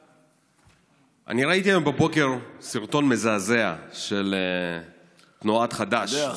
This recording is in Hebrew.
ראיתי היום בבוקר סרטון מזעזע של תנועת חד"ש,